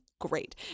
great